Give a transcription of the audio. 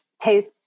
taste